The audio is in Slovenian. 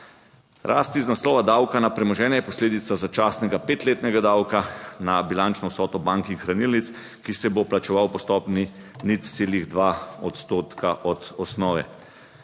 Rast iz naslova davka na premoženje je posledica začasnega petletnega davka na bilančno vsoto bank in hranilnic, ki se bo plačeval po stopnji 0,2 odstotka od osnove.